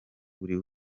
buri